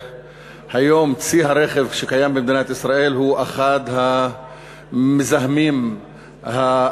היום צי הרכב שקיים במדינת ישראל הוא אחד המזהמים הגדולים,